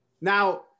Now